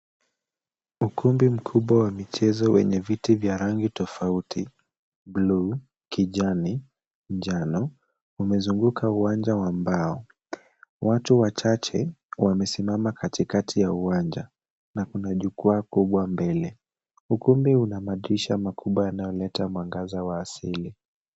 Ukumbi mkubwa wa michezo wenye viti vya rangi tofauti, bluu, kijani, njano, umezunguka uwanja wa mbao. Watu wachache wamesimama katikati ya uwanja na kuna jukwaa kubwa mbele. Ukumbi una madirisha makubwa yanayoleta mwangaza wa asili.